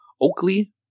Oakley